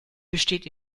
besteht